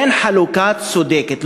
אין חלוקה צודקת,